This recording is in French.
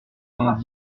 vingt